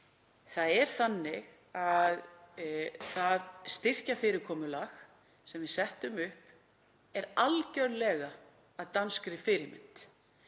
Það er þannig að það styrkjafyrirkomulag sem við settum upp er algerlega að danskri fyrirmynd.